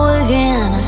again